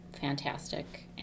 fantastic